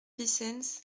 vicens